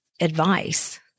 advice